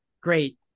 great